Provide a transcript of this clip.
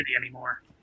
anymore